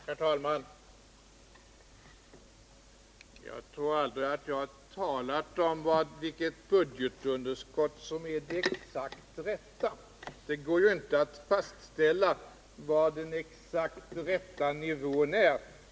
Herr talman! Jag tror inte att jag någonsin har nämnt vilket budgetunderskott som är det exakt rätta. Det går ju inte att fastställa vilken nivå som är den exakt rätta.